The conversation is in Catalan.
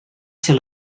ser